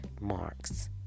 marks